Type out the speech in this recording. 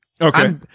Okay